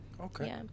Okay